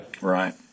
Right